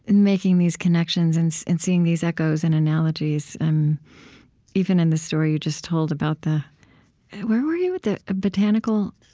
and making these connections and so and seeing these echoes and analogies. and even in the story you just told about the where were you? the botanical,